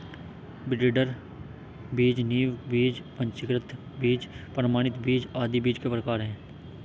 breeder बीज, नींव बीज, पंजीकृत बीज, प्रमाणित बीज आदि बीज के प्रकार है